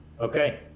Okay